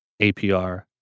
APR